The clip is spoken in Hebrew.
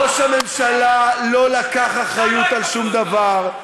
ראש הממשלה לא לקח אחריות על שום דבר.